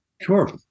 Sure